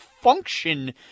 function